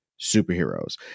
superheroes